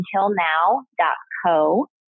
untilnow.co